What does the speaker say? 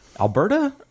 Alberta